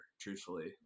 truthfully